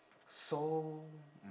so mm